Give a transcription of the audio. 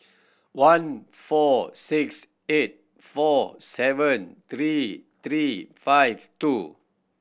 one four six eight four seven three three five two